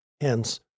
hence